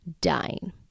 dying